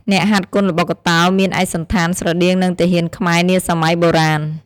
អ្នកហាត់គុនល្បុក្កតោមានឯកសណ្ឋានស្រដៀងនឹងទាហានខ្មែរនាសម័យបុរាណ។